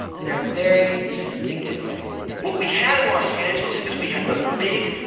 and they're very distinctive looking. what we had in los angeles, is we had the big,